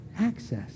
access